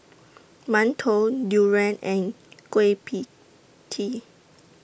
mantou Durian and Kueh PIE Tee